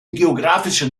geographische